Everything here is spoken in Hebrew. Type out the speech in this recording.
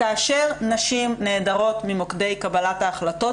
כאשר נשים נעדרות ממוקדי קבלת ההחלטות,